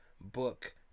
book